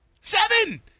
Seven